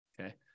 okay